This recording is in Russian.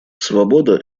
свобода